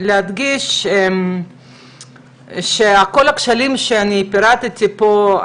להדגיש שכל הכשלים שאני פירטתי פה,